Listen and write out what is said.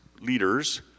leaders